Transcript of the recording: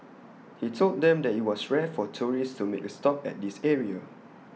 he told them that IT was rare for tourists to make A stop at this area